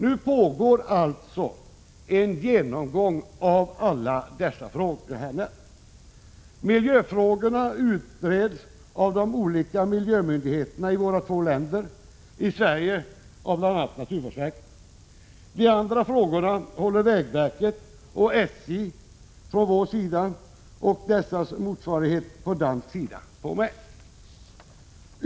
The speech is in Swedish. Nu pågår alltså en genomgång av alla dessa frågor jag här nämnt. Miljöfrågorna utreds av de olika miljömyndigheterna i våra två länder, i Sverige av bl.a. naturvårdsverket. De andra frågorna håller vägverket och SJ på vår sida och dessas motsvarigheter på dansk sida på med.